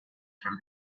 from